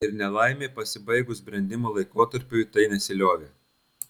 ir nelaimė pasibaigus brendimo laikotarpiui tai nesiliovė